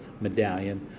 medallion